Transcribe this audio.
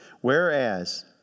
Whereas